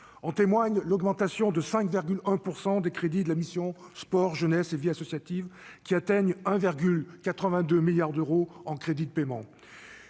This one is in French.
En témoigne l'augmentation de 5,1 % des crédits de la mission « Sport, jeunesse et vie associative », qui atteignent 1,82 milliard d'euros en crédits de paiement.